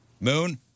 Moon